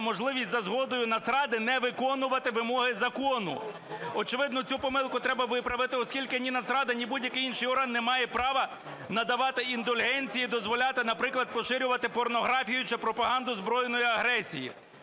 можливість за згодою Нацради не виконувати вимоги закону. Очевидно, цю помилку треба виправити, оскільки ні Нацрада, ні будь-який інший орган не має права надавати індульгенції, дозволяти, наприклад, поширювати порнографію чи пропаганду збройної агресії.